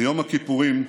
ביום הכיפורים,